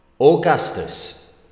Augustus